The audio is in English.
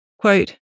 Quote